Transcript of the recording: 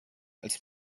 als